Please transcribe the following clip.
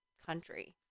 Country